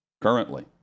currently